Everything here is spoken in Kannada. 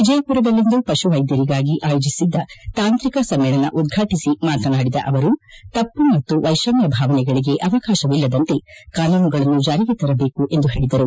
ವಿಜಯಮರದಲ್ಲಿಂದು ಪಶು ವೈದ್ಯರಿಗಾಗಿ ಆಯೋಜಿಸಿದ್ದ ತಾಂತ್ರಿಕ ಸಮ್ಮೇಳನ ಉದ್ಘಾಟಿಸಿ ಮಾತನಾಡಿದ ಅವರು ತಮ್ನ ಮತ್ತು ವೈಷಮ್ನ ಭಾವನೆಗಳಿಗೆ ಅವಕಾಶವಿಲ್ಲದಂತೆ ಕಾನೂನುಗಳನ್ನು ಜಾರಿಗೆ ತರಬೇಕು ಎಂದು ಹೇಳದರು